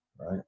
right